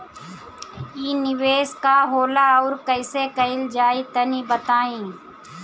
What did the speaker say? इ निवेस का होला अउर कइसे कइल जाई तनि बताईं?